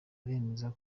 aremeza